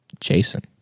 Jason